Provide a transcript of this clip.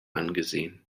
angesehen